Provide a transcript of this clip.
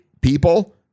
people